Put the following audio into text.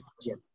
yes